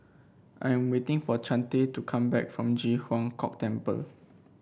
I'm waiting for Chante to come back from Ji Huang Kok Temple